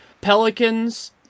pelicans